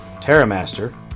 Terramaster